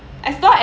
as long as